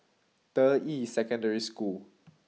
Deyi Secondary School